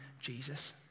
Jesus